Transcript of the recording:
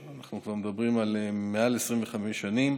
אנחנו כבר מדברים על מעל 25 שנים,